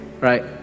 right